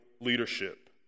leadership